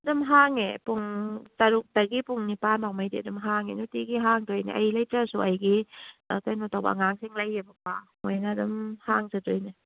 ꯑꯗꯨꯝ ꯍꯥꯡꯉꯦ ꯄꯨꯡ ꯇꯔꯨꯛꯇꯒꯤ ꯄꯨꯡ ꯅꯤꯄꯥꯟ ꯐꯥꯎꯃꯩꯗꯤ ꯑꯗꯨꯝ ꯍꯥꯡꯉꯦ ꯅꯨꯡꯇꯤꯒꯤ ꯍꯥꯡꯗꯣꯏꯅꯦ ꯑꯩ ꯂꯩꯇ꯭ꯔꯁꯨ ꯑꯩꯒꯤ ꯀꯩꯅꯣ ꯇꯧꯕ ꯑꯉꯥꯡꯁꯤꯡ ꯂꯩꯑꯦꯕꯀꯣ ꯃꯣꯏꯅ ꯑꯗꯨꯝ ꯍꯥꯡꯖꯗꯣꯏꯅꯦ